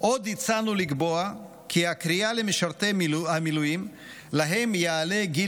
עוד הצענו לקבוע כי הקריאה למשרתי המילואים שלהם יעלה גיל